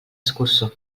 escurçó